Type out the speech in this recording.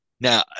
now